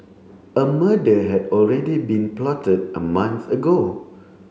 a murder had already been plotted a month ago